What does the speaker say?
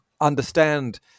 understand